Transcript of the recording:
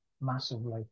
Massively